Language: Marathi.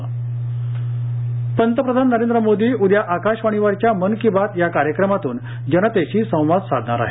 मन की बात पंतप्रधाननरेंद्र मोदी उद्या आकाशवाणीवरच्या मन की बात या कार्यक्रमातून जनतेशी संवादसाधणार आहेत